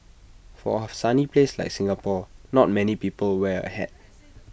for A sunny place like Singapore not many people wear A hat